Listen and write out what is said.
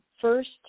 first